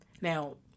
Now